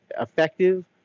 effective